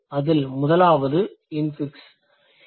அதில் முதலாவது இன்ஃபிக்ஸிங்